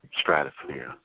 Stratosphere